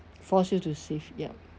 force you to save yup